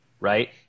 right